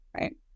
right